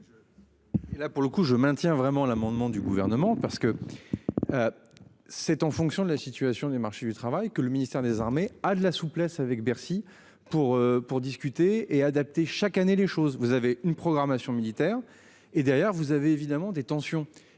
Là pour le coup je maintiens vraiment l'amendement du gouvernement parce que. C'est en fonction de la situation du marché du travail que le ministère des Armées à de la souplesse avec Bercy pour pour discuter et adaptée chaque année les choses, vous avez une programmation militaire et derrière, vous avez évidemment des tensions